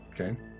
Okay